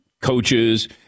coaches